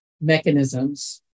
mechanisms